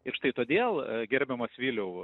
ir štai todėl gerbiamas viliau